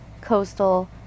coastal